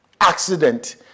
Accident